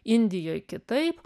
indijoj kitaip